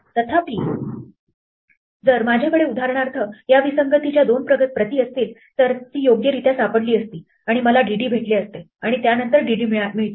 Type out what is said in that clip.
तथापि जर माझ्याकडे उदाहरणार्थ या विसंगतीच्या दोन प्रती असतील तर ती योग्यरित्या सापडली असती आणि मला DD भेटते आणि त्यानंतर DD मिळते